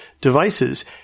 devices